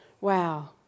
wow